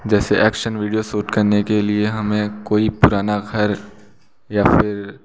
जैसे action video shoot करने के लिए हमें कोई पुराना घर या फिर